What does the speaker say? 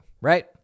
right